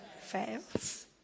fails